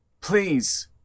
Please